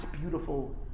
beautiful